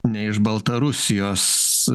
ne iš baltarusijos